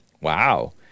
Wow